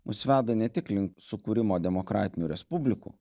mus veda ne tik link sukūrimo demokratinių respublikų